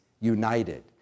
united